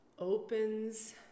opens